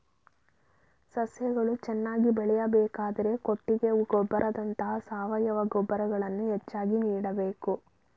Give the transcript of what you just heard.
ಸಸ್ಯಗಳು ಚೆನ್ನಾಗಿ ಬೆಳೆಯಬೇಕಾದರೆ ಕೊಟ್ಟಿಗೆ ಗೊಬ್ಬರದಂತ ಸಾವಯವ ಗೊಬ್ಬರಗಳನ್ನು ಹೆಚ್ಚಾಗಿ ನೀಡಬೇಕು